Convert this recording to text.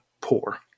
poor